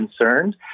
concerned